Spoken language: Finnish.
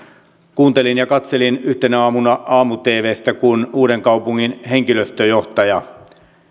kuuntelin ja katselin yhtenä aamuna aamu tvstä kun uudenkaupungin henkilöstöjohtaja